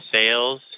sales